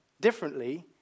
differently